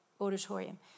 auditorium